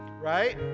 right